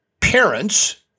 parents